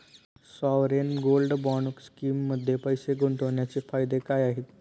Sovereign gold bond स्कीममध्ये पैसे गुंतवण्याचे फायदे काय आहेत?